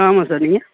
ஆ ஆமாம் சார் நீங்கள்